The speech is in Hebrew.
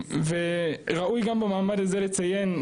וראוי גם במעמד הזה לציין,